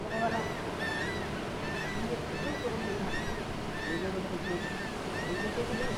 ﻿Yikko wala ninya doi ti kupira mun shiro ti kui shooni mun sheetto shikkini